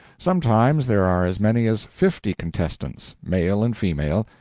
sometimes there are as many as fifty contestants, male and female,